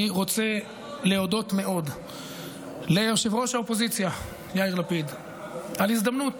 אני רוצה להודות מאוד לראש האופוזיציה יאיר לפיד על הזדמנות